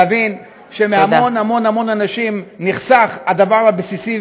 להבין שמהמון המון אנשים נחסך הדבר הבסיסי